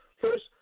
First